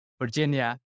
Virginia